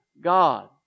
God